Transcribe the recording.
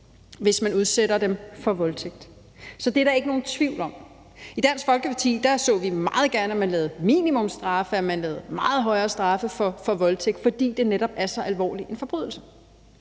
blive udsat for voldtægt. Så det er der ikke nogen tvivl om. I Dansk Folkeparti så vi meget gerne, at man lavede minimumsstraffe, at man lavede meget højere straffe for voldtægt, fordi det netop er så alvorlig en forbrydelse.